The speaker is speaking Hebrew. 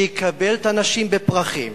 שיקבל את האנשים בפרחים,